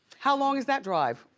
how long is that drive?